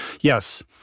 yes